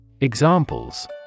Examples